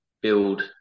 build